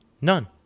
None